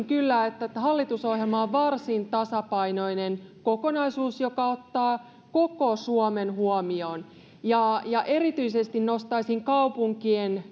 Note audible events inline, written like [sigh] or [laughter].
[unintelligible] kyllä että että hallitusohjelma on varsin tasapainoinen kokonaisuus joka ottaa koko suomen huomioon erityisesti nostaisin kaupunkien [unintelligible]